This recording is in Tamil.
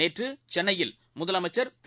நேற்றுசென்னையில் முதலமைச்சா் திரு